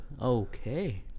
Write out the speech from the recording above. Okay